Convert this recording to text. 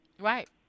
Right